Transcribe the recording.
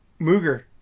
Mooger